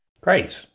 Great